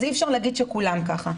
אז אי אפשר להגיד שכולם ככה.